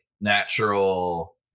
natural